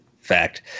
fact